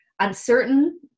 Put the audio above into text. uncertain